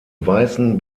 weißen